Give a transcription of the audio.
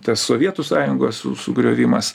tas sovietų sąjungos sugriovimas